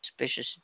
Suspicious